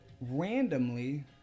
randomly